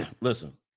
Listen